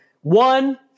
one